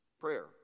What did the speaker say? prayer